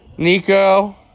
Nico